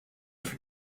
for